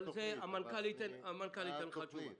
המנכ"ל יענה לך תשובה.